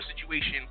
situation